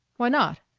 why not?